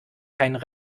keinen